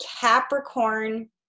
Capricorn